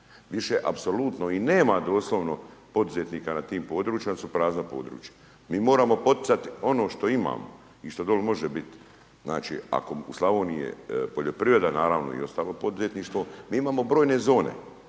Više apsolutno i nema doslovno poduzetnika na tim područjima jer su prazna područja. Mi moramo poticat ono što imamo i doli može biti, znači ako u Slavoniji je poljoprivreda naravno i ostalo poduzetništvo, mi imamo brojne zone.